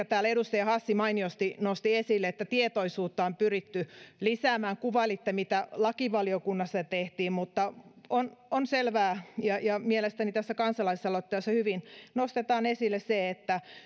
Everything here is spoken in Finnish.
täällä edustaja hassi mainiosti nosti esille että tietoisuutta on pyritty lisäämään kuvailitte mitä lakivaliokunnassa tehtiin mutta on on selvää ja ja mielestäni tässä kansalaisaloitteessa hyvin nostetaan esille se että